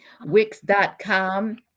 wix.com